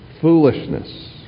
foolishness